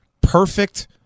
perfect